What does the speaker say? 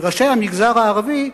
אלא ראשי המגזר הערבי,